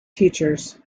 teachers